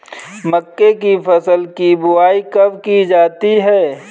मक्के की फसल की बुआई कब की जाती है?